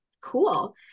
cool